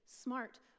smart